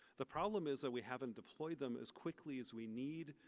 the problem is that we haven't deployed them as quickly as we need,